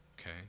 okay